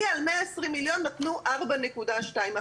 לי ממאה עשרים מיליון נתנו ארבע נקודה שתיים.